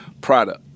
product